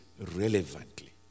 relevantly